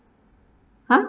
!huh!